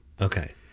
Okay